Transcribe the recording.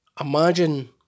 imagine